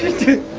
to